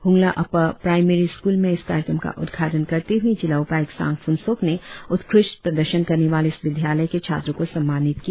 Hungla upper primary school में इस कार्यक्रम का उद्घाटन करते हुए जिला उपायुक्त सांग फुनसोक ने उत्कृष्ट प्रदर्शन करने वाले इस विद्यालय के छात्रों को सम्मानित किया